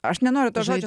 aš nenoriu to žodžio